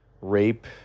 rape